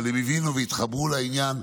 אבל הם הבינו והתחברו לעניין,